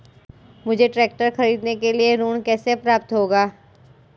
मुझे ट्रैक्टर खरीदने के लिए ऋण कैसे प्राप्त होगा?